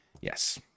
Yes